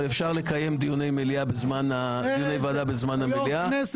לקיים דיוני ועדה בזמן המליאה.